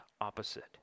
opposite